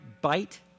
bite